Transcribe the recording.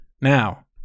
Now